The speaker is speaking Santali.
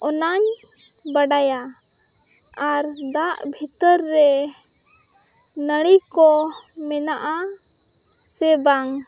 ᱚᱱᱟᱧ ᱵᱟᱰᱟᱭᱟ ᱟᱨ ᱫᱟᱜ ᱵᱷᱤᱛᱟᱹᱨ ᱨᱮ ᱱᱟᱲᱤ ᱠᱚ ᱢᱮᱱᱟᱜᱼᱟ ᱥᱮ ᱵᱟᱝ